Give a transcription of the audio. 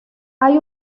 hay